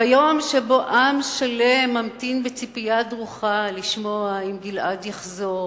ביום שבו עם שלם ממתין בציפייה דרוכה לשמוע אם גלעד יחזור,